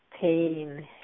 pain